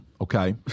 Okay